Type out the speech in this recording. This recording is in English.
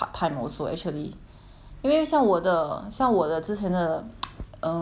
因为像我的像我的之前的 err 那个 part time 的那个 company right